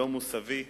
לא מוסאווי